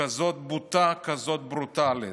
כזאת בוטה, כזאת ברוטלית.